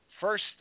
first